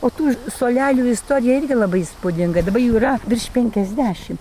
o tų suolelių istorija irgi labai įspūdinga dabar jų yra virš penkiasdešimt